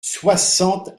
soixante